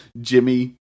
Jimmy